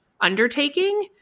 undertaking